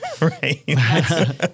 right